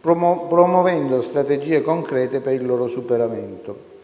promuovendo strategie concrete per il loro superamento.